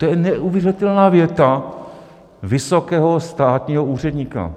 To je neuvěřitelná věta vysokého státního úředníka.